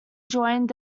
joined